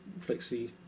flexi